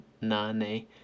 nane